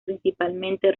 principalmente